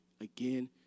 again